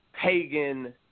pagan